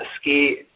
ski